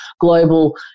global